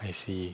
I see